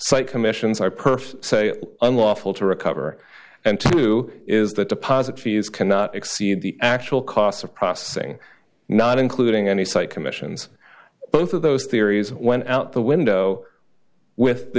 slight commissions are per se unlawful to recover and two is that deposit fees cannot exceed the actual costs of processing not including any site commissions both of those theories went out the window with the